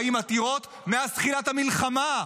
40 עתירות מאז תחילת המלחמה.